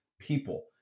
people